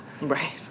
right